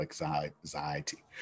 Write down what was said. anxiety